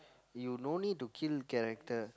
you no need to kill character